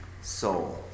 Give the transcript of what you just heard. soul